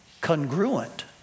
congruent